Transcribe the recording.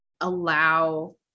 allow